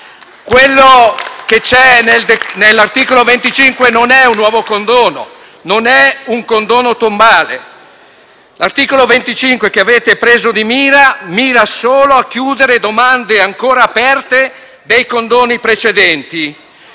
Quello che c’è nell’articolo 25 non è un nuovo condono né un condono tombale. L’articolo 25, che avete preso di mira, ambisce solo a chiudere domande ancora aperte relative a condoni precedenti.